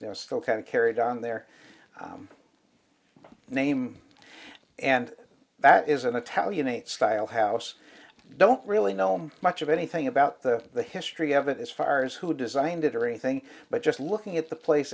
they're still kind of carried on their name and that is an italian eight style house don't really know much of anything about the history of it as far as who designed it or anything but just looking at the place